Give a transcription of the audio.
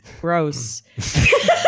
Gross